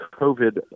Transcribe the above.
COVID